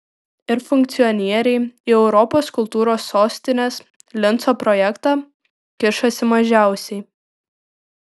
ir funkcionieriai į europos kultūros sostinės linco projektą kišasi mažiausiai